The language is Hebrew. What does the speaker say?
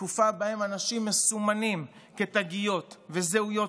בתקופה שבה אנשים מסומנים בתגיות וזהויות